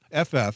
FF